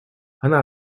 она